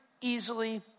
easily